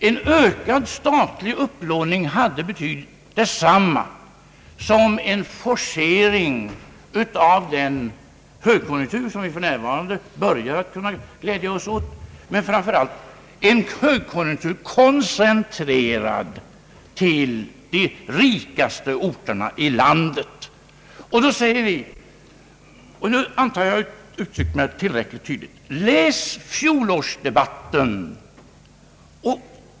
En ökad statlig upplåning hade betytt detsamma som en forcering av den högkonjunktur, som vi för närvarande börjar kunna glädja oss åt, men framför allt en högkonjunktur koncentrerad till de rikaste orterna i landet. Vi säger då — och jag antar att jag därvidlag uttryckt mig tillräckligt tydligt: Läs fjolårsdebatten!